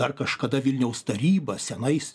dar kažkada vilniaus taryba senais